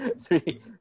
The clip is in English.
Three